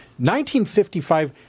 1955